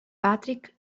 patrick